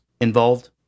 involved